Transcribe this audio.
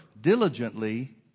diligently